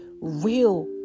real